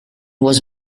was